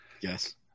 Yes